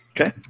Okay